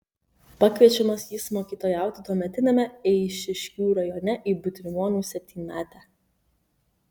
pakviečiamas jis mokytojauti tuometiniame eišiškių rajone į butrimonių septynmetę